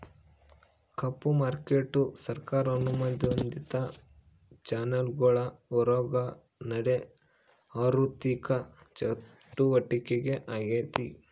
ಕಪ್ಪು market ಸರ್ಕಾರ ಅನುಮೋದಿತ ಚಾನೆಲ್ಗುಳ್ ಹೊರುಗ ನಡೇ ಆಋಥಿಕ ಚಟುವಟಿಕೆ ಆಗೆತೆ